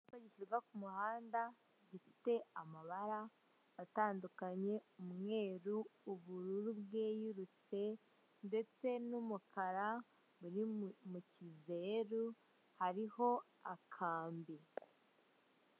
Icyapa gishyirwa ku muhanda gifite amabara atandukanye, umweru, ubururu bweyurutse, ndetse n'umukara uri mukizeru, hariho akambi.